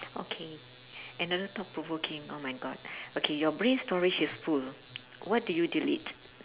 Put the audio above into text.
okay another thought provoking oh my god okay your brain storage is full what do you delete